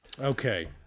Okay